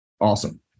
Awesome